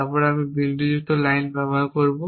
তাই আমি বিন্দুযুক্ত লাইন ব্যবহার করব